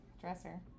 dresser